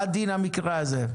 מה דין המקרה הזה?